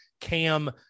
Cam